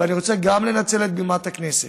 ואני רוצה לנצל את בימת הכנסת,